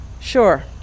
Sure